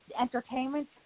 entertainment